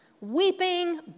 weeping